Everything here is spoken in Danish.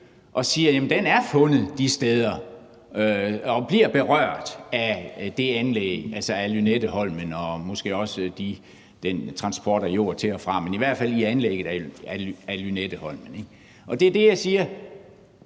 de siger, at den er fundet de steder og bliver berørt af det anlæg af Lynetteholmen og måske også af den transport af jord til og fra, men det bliver den i hvert fald af anlægget af Lynetteholmen. Det er det, jeg siger: